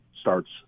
starts